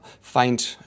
find